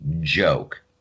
joke